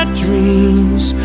dreams